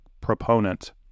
proponent